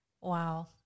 Wow